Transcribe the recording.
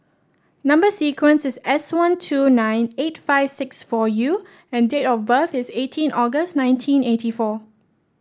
number sequence is S one two nine eight five six four U and date of birth is eighteen August nineteen eighty four